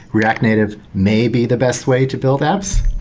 react native may be the best way to build apps.